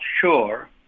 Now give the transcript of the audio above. sure